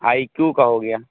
آئی Q کا ہو گیا